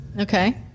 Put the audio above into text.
okay